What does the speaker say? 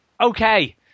okay